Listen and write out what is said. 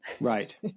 right